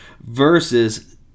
Versus